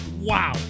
wow